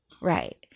right